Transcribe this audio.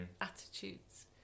attitudes